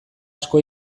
asko